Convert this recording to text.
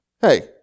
hey